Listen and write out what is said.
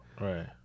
right